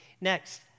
Next